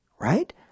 right